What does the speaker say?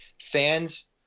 Fans